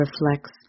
reflects